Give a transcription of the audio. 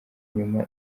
nyuma